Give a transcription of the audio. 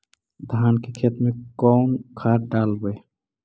धान के खेत में कौन खाद डालबै?